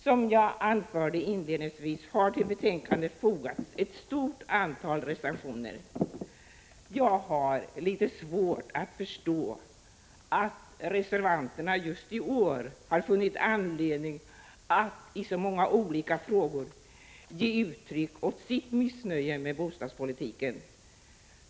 Som jag anförde inledningsvis, har till betänkandet fogats ett stort antal reservationer. Jag har litet svårt att förstå att reservanterna just i år har funnit anledning att i så många olika frågor ge uttryck åt sitt missnöje med bostadspolitiken.